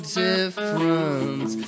difference